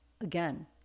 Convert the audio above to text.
Again